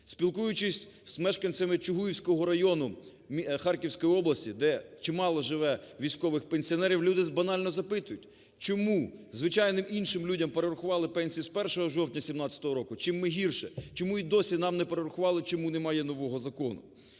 Спілкуючись з мешканцями Чугуївського району Харківської області, де чимало живе військових пенсіонерів, люди банально запитують, чому звичайним іншим людям перерахували пенсії з 1 жовтня 2017 року, чим ми гірше, чому і досі нам не перерахували, чому немає нового закону.